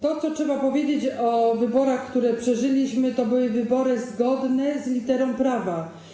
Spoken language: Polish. To, co trzeba powiedzieć o wyborach, które przeżyliśmy - to były wybory zgodne z literą prawa.